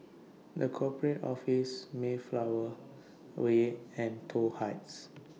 The Corporate Office Mayflower Way and Toh Heights